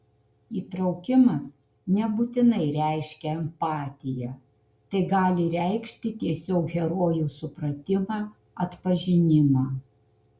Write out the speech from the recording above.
įtraukimas nebūtinai reiškia empatiją tai gali reikšti tiesiog herojų supratimą atpažinimą